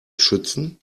schützen